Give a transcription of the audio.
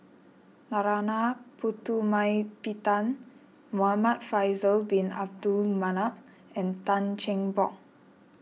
Narana Putumaippittan Muhamad Faisal Bin Abdul Manap and Tan Cheng Bock